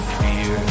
fear